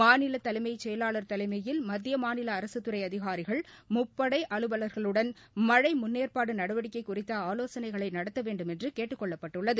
மாநில தலைமைச் செயலாளர் தலைமையில் மத்திய மாநில அரசு துறை அதிகாரிகள் முப்படை அலுவல்களுடன் மழை குறித்த முன்னேற்பாடு நடவடிக்கை குறித்த ஆலோசனைகளை நடத்த வேண்டுமென்று கேட்டுக் கொள்ளப்பட்டுள்ளது